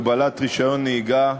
הגבלת רישיון נהיגה),